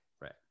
Right